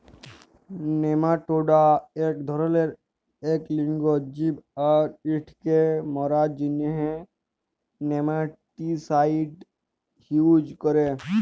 nematoda ইক ধরলের ইক লিঙ্গ জীব আর ইটকে মারার জ্যনহে নেমাটিসাইড ইউজ ক্যরে